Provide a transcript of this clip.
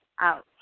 out